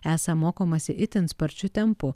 esą mokomasi itin sparčiu tempu